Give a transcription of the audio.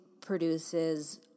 produces